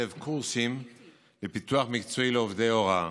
קורסים לפיתוח מקצועי לעובדי הוראה.